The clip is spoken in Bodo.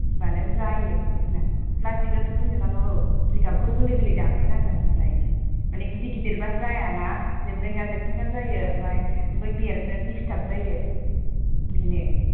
होमबानो जायो जेखुनु प्लासटिक आव थुफ्लंजोबनांगौ औ जिगाबखौ गोरलै गोरलै दानफ्लेनांगोन आमफ्राय माने गिदिर गिदिर बा जाया ना जेब्रेंगा जेथेंगा जायो आमफ्राय बै बेरनो दिसथाब जायो